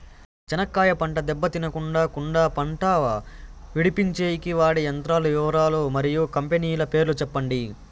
చెనక్కాయ పంట దెబ్బ తినకుండా కుండా పంట విడిపించేకి వాడే యంత్రాల వివరాలు మరియు కంపెనీల పేర్లు చెప్పండి?